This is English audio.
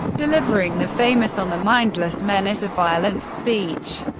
delivering the famous on the mindless menace of violence speech.